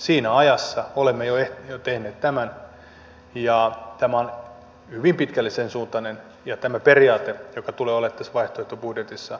siinä ajassa olemme jo tehneet tämän ja tämä on hyvin pitkälle sen suuntainen kuin se periaate joka tulee olemaan vaihtoehtobudjetissa